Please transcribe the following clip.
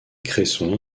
cresson